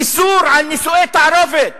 איסור על נישואי תערובת,